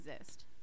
exist